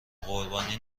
قربانی